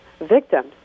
victims